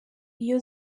iyo